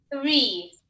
Three